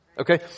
Okay